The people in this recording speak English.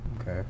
Okay